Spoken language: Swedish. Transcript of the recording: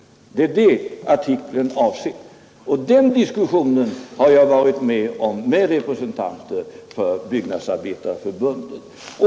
Det är det artikeln avser, och den diskussionen har jag varit med om att föra med representanter för Byggnadsarbetarförbundet.